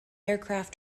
aircraft